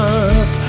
up